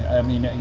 i mean,